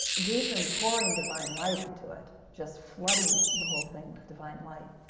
we've been pouring divine light into it, just flooding the whole thing with divine light.